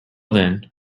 then